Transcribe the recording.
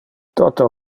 toto